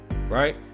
right